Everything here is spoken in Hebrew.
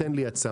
תן לי הצעה.